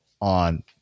on